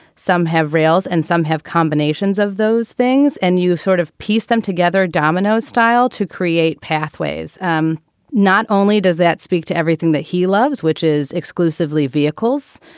some have rails and some have combinations of those things. and you sort of piece them together, domino's style to create pathways. um not not only does that speak to everything that he loves, which is exclusively vehicles,